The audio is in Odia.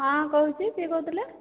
ହଁ କହୁଛି କିଏ କହୁଥିଲେ